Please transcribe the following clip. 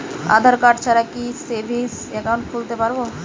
আধারকার্ড ছাড়া কি savings account খুলতে পারব?